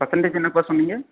percentage என்னப்பா சொன்னீங்க